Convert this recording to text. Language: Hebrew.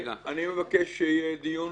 אדוני, אני מבקש שיהיה דיון